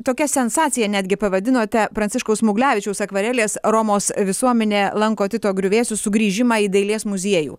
tokia sensacija netgi pavadinote pranciškaus smuglevičiaus akvarelės romos visuomenė lanko tito griuvėsius sugrįžimą į dailės muziejų